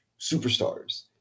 superstars